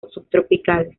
subtropicales